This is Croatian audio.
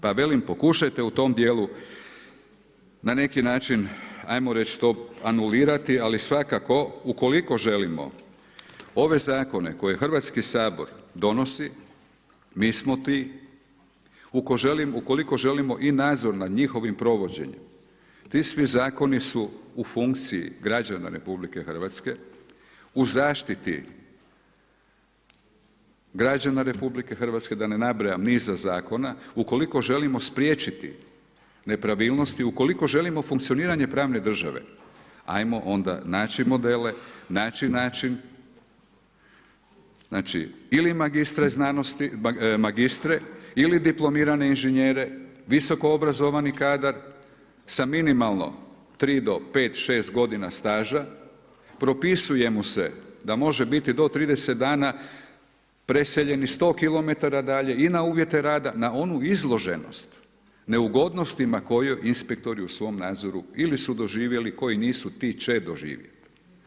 Pa velim, pokušajte u tom djelu na neki način ajmo reći to anulirati, ali svakako ukoliko želimo ove zakone koje Hrvatski sabor donosi, mi smo ti, ukoliko želimo i nadzor nad njihovim provođenjem, ti svi zakoni su u funkciji građana RH, u zaštiti građana RH da ne nabrajam niza zakona, ukoliko želimo spriječiti nepravilnosti, ukoliko želimo funkcioniranje pravne države, ajmo onda naći modele, naći način, znači ili magistre znanosti, magistre ili diplomirane inžinjere, visoko obrazovani kadar sa minimalno 3 do 5, 6 godina staža, propisuje mu se da može biti do 30 dana preseljeni 100 kilometara dalje i na uvjete rada, na onu izloženost neugodnostima koju inspektori u svom nadzoru ili su doživjeli, koji nisu ti će doživjeti.